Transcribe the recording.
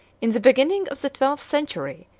in the beginning of the twelfth century,